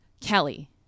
Kelly